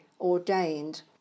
ordained